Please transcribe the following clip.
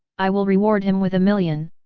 i will reward him with a million!